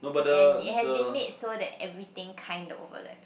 and it has been made so that everything kind of overlaps